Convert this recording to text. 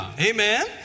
Amen